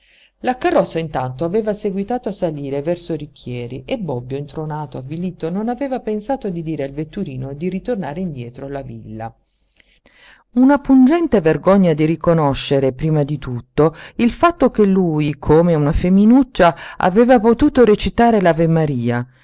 la carrozza intanto aveva seguitato a salire verso richieri e bobbio intronato avvilito non aveva pensato di dire al vetturino di ritornare indietro alla villa una pungente vergogna di riconoscere prima di tutto il fatto che lui come una feminuccia aveva potuto recitare l'avemaria